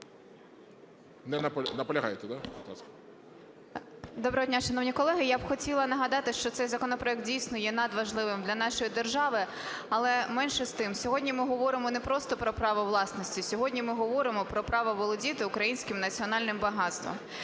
Доброго дня, шановні колеги! Я б хотіла нагадати, що цей законопроект, дійсно, є надважливим для нашої держави. Але, менше з тим, сьогодні ми говоримо не просто про право власності, сьогодні ми говоримо про право володіти українським національним багатством.